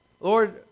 Lord